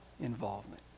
involvement